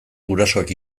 gurasoak